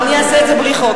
אני אעשה את זה בלי חוק,